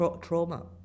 Trauma